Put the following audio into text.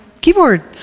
keyboard